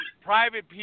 private